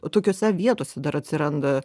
tokiose vietose dar atsiranda